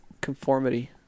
conformity